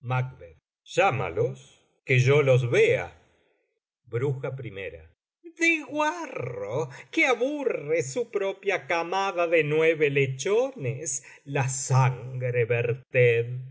llámalos que yo los vea br de guarro que aburre su propia camada de nueve lechones la sangre verted